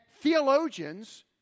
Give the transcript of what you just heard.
theologians